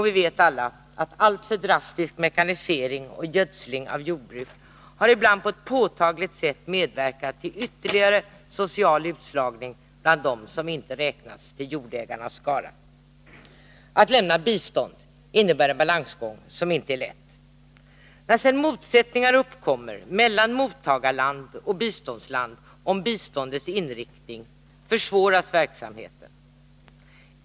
Vi vet också att alltför drastisk mekanisering och gödsling av jordbruk ibland på ett påtagligt sätt har medverkat till ytterligare social utslagning bland dem som inte räknats till jordägarnas skara. Att lämna bistånd innebär en balansgång som inte är lätt. När sedan motsättningar uppkommer mellan mottagarland och biståndsland om biståndets inriktning försvåras verksamheten.